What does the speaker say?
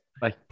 Bye